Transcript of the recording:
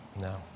No